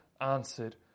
answered